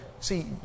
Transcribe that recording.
See